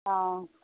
অঁ